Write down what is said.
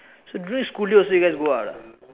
so during school days also you guys go out ah